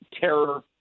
terror